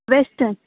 western